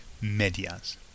medias